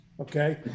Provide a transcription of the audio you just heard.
Okay